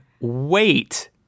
wait